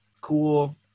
cool